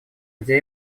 где